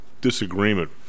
disagreement